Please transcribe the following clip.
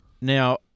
Now